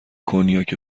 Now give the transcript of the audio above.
کنیاک